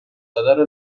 داده